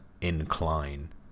incline